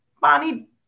Bonnie